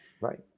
right